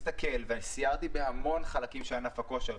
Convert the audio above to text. סיירתי בהמון חלקים של ענף הכושר,